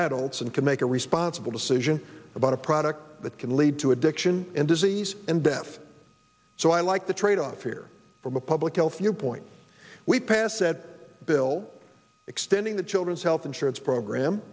adults and can make a responsible decision about a product that can lead to addiction and disease and death so i like the tradeoff here from a public health you point we passed said bill extending the children's health insurance program